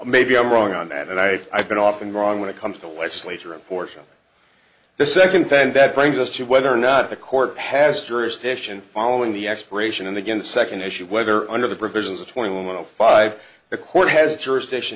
maybe i'm wrong on that and i have been often wrong when it comes to legislature apportion the second thing that brings us to whether or not the court has jurisdiction following the expiration and again the second issue whether under the provisions of twenty one o five the court has jurisdiction